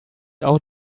out